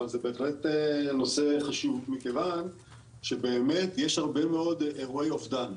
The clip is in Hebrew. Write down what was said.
אבל זה בהחלט נושא חשוב מכיוון באמת יש הרבה מאוד אירועי אובדן.